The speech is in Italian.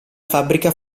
fabbrica